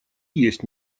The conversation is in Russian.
есть